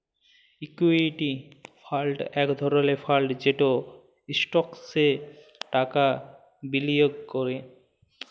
equity fund ইক ধরলের fund যেট ইস্টকসে টাকা বিলিয়গ ক্যরে